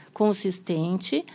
consistente